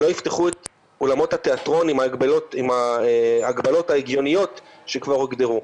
לא יפתחו את אולמות התיאטרון עם ההגבלות ההגיוניות שכבר הוגדרו.